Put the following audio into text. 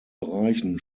bereichen